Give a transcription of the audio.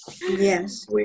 yes